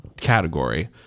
category